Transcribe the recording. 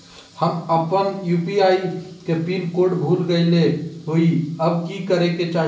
हम अपन यू.पी.आई के पिन कोड भूल गेलिये हई, अब की करे के चाही?